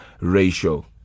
ratio